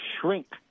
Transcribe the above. shrink